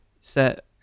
set